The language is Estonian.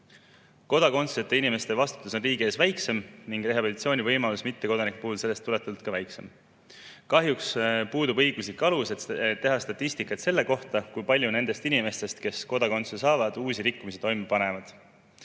Kodakondsuseta inimeste vastutus riigi ees on väiksem ning rehabilitatsiooni võimalus mittekodanikul sellest tulenevalt ka väiksem. Kahjuks puudub õiguslik alus, et teha statistikat selle kohta, kui palju nendest inimestest, kes kodakondsuse saavad, uusi rikkumisi toime panevad.